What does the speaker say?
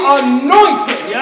anointed